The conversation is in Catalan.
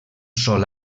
sol